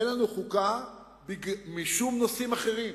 אין לנו חוקה משום נושאים אחרים,